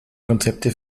konzepte